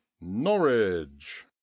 norwich